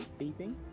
beeping